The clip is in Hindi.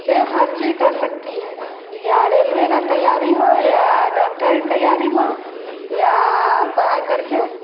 से हर चीज कर सकती हैं या रेलवे की तैयारी हो या डॉक्टर की तैयारी हो या पढ़ाई कर के